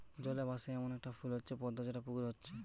জলে ভাসে এ্যামন একটা ফুল হচ্ছে পদ্ম যেটা পুকুরে হচ্ছে